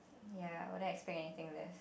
ya wouldn't expect anything this